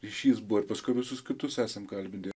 ryšys buvo ir paskui visus kitus esam kalbinę